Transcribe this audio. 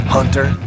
Hunter